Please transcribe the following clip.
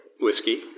whiskey